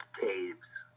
caves